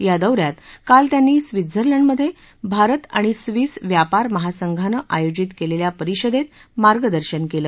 या दौऱ्यात काल त्यांनी स्वित्झर्लंड मध्ये भारत आणि स्विस व्यापार महासंघानं आयोजित केलेल्या परिषदेत मार्गदर्शन केलं